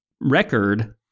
record